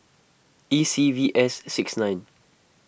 E C V S six nine